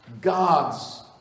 God's